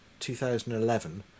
2011